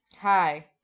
Hi